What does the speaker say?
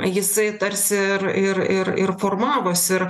jisai tarsi ir ir ir ir formavosi ir